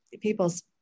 people's